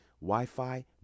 Wi-Fi